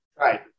right